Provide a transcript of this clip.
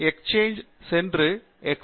எக்ஸ்சேஞ்சில் சென்று எக்ஸ்